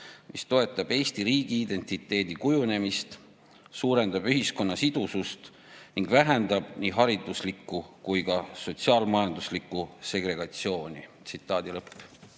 mis toetab Eesti riigiidentiteedi kujunemist, suurendab ühiskonna sidusust ning vähendab nii hariduslikku kui ka sotsiaalmajanduslikku segregatsiooni."Ma